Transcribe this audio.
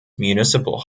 municipal